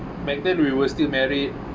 back then we were still married